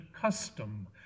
custom